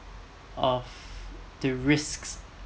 of the risks